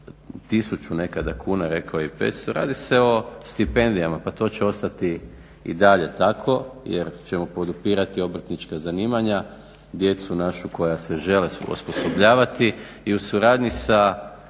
tisuću nekada kuna, rekao je i 500. Radi se o stipendijama. Pa to će ostati i dalje tako jer ćemo podupirati obrtnička zanimanja, djecu našu koja se žele osposobljavati i u suradnji sa